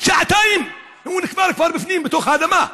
שעתיים והוא נקבר כבר בפנים, בתוך האדמה,